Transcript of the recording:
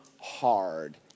hard